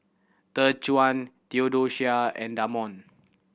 Dejuan Theodosia and Damond